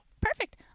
Perfect